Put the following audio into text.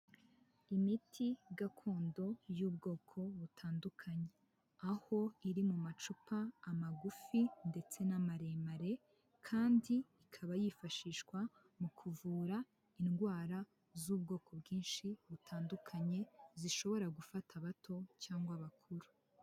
Imiti gakondo y'ubwoko butandukanye aho iri mu macupa amagufi ndetse n'amaremare kandi ikaba yifashishwa mu kuvura indwara z'ubwoko bwinshi butandukanye zishobora gufata abato cyangwa bakuru.